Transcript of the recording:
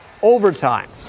overtime